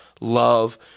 love